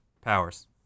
powers